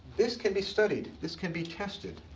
this can be studied, this can be tested.